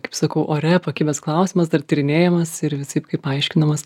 kaip sakau ore pakibęs klausimas dar tyrinėjamas ir visaip kaip aiškinamas